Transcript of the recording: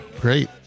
great